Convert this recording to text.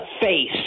face